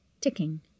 ticking